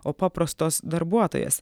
o paprastos darbuotojas